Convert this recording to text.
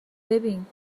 ببین